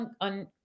on